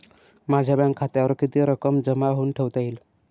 माझ्या बँक खात्यावर किती रक्कम जमा म्हणून ठेवता येईल?